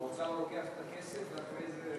האוצר לוקח את הכסף ואחרי זה,